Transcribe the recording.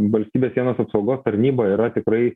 valstybės sienos apsaugos tarnyba yra tikrai